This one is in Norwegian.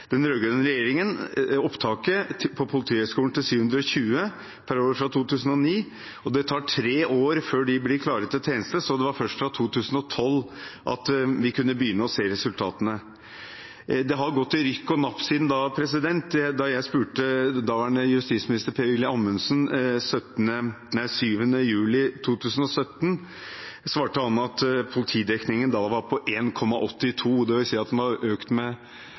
tar tre år til de er klare til tjeneste, så det var først fra 2012 at vi kunne begynne å se resultatene. Det har gått i rykk og napp siden da. Da jeg spurte daværende justisminister Per-Willy Amundsen 7. juli 2017, svarte han at politidekningen var på 1,82, dvs. at den hadde økt med